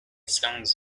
songs